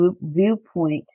viewpoint